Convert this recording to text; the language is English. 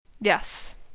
yes